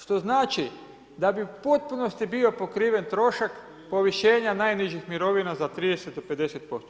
Što znači da bi u potpunosti bio pokriven trošak dovršenja najnižih mirovina za 30-50%